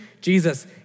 Jesus